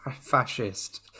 fascist